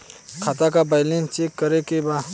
खाता का balance check करे के बा?